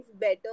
better